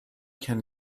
can